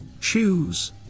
Choose